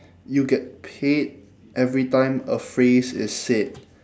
you get paid every time a phrase is said